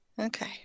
Okay